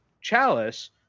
Chalice